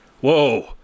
whoa